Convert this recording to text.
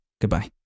goodbye